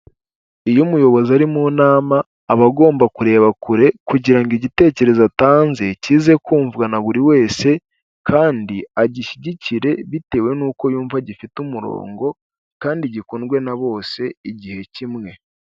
Iyo umuyobozi ari mu nama aba agomba kureba kure kugira ngo igitekerezo atanze kize kumvwa na buri wese kandi agishyigikire bitewe n'uko yumva gifite umurongo kandi gikundwe na bose igihe kimwe.